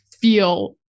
feel